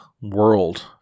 world